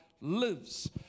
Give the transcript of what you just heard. lives